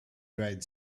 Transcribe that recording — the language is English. dried